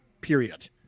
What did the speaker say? period